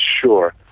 sure